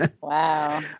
Wow